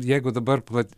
jeigu dabar pat